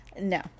no